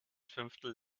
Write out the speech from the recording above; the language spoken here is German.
fünftel